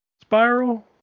spiral